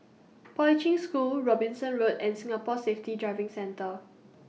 Poi Ching School Robinson Road and Singapore Safety Driving Centre